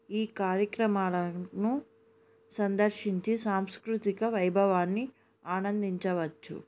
ఈ కార్యక్రమాలను సందర్శించి సాంస్కృతిక వైభవాన్ని ఆనందించవచ్చు